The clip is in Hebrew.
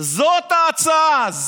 זאת ההצעה.